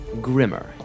grimmer